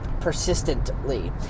persistently